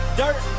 dirt